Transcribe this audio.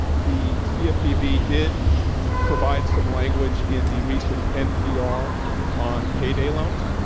the cfpb did provide some language in the recent npr on payday loans,